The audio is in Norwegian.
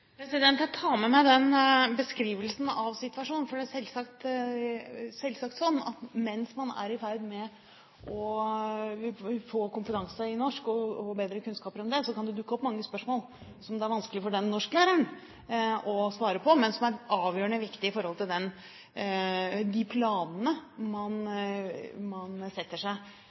Jeg tar med meg den beskrivelsen av situasjonen, for det er selvsagt sånn at mens man er i ferd med å få kompetanse i norsk og bedre kunnskap, kan det dukke opp mange spørsmål som det er vanskelig for norsklæreren å svare på, men som er avgjørende viktig i forhold til de planene disse elevene setter seg.